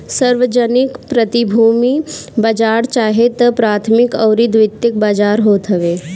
सार्वजानिक प्रतिभूति बाजार चाहे तअ प्राथमिक अउरी द्वितीयक बाजार होत हवे